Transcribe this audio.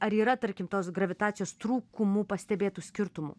ar yra tarkim tos gravitacijos trūkumų pastebėtų skirtumų